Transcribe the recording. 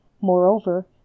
Moreover